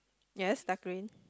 yes dark green